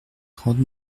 trente